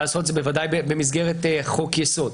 לעשות את זה בוודאי במסגרת חוק יסוד.